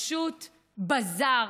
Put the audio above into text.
פשוט בזאר.